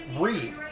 read